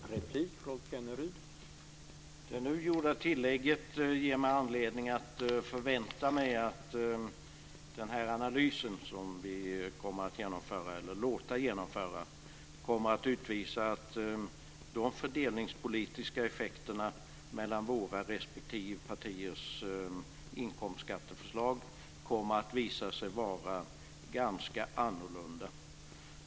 Herr talman! Det nu gjorda tillägget ger mig anledning att förvänta mig att den här analysen som vi ska låta genomföra kommer att utvisa att de fördelningspolitiska effekterna mellan våra respektive partiers inkomstskatteförslag är ganska annorlunda.